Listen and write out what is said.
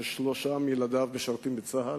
ששלושה מילדיו משרתים בצה"ל,